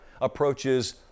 approaches